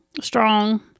strong